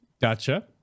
Gotcha